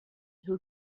who